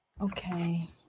okay